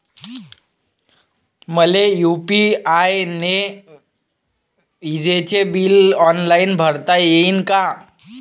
मले यू.पी.आय न विजेचे बिल ऑनलाईन भरता येईन का?